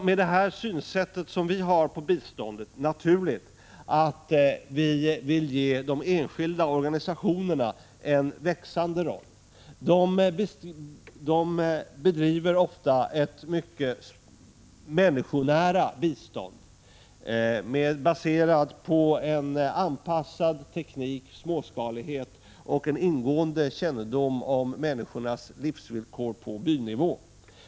Med vårt synsätt när det gäller biståndet är det naturligt att vi vill ge de enskilda organisationerna en växande roll. De bedriver ofta ett mycket människonära bistånd, baserat på en anpassad teknik, småskalighet och en ingående kännedom om människornas livsvillkor på bynivå.